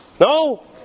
No